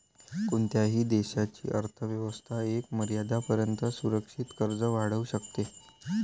कोणत्याही देशाची अर्थ व्यवस्था एका मर्यादेपर्यंतच असुरक्षित कर्ज वाढवू शकते